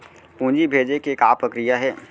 पूंजी भेजे के का प्रक्रिया हे?